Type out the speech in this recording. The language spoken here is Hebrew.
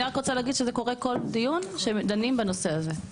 אני רק רוצה להגיד שזה קורה כל דיון שדנים בנושא הזה.